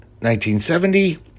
1970